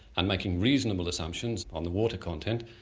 and making reasonable assumptions on the water content,